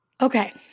Okay